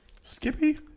Skippy